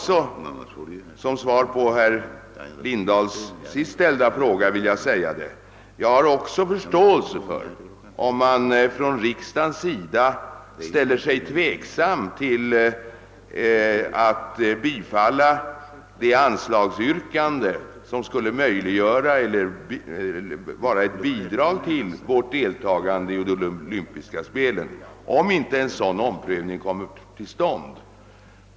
Som svar på herr Lindahls senast ställda fråga vill jag säga, att jag har förståelse för om riksdagen ställer sig tveksam till att bifalla det yrkande om anslag som skulle möjliggöra eller bidra till vårt deltagande i de olympiska spelen, om en omprövning inte kommer till stånd.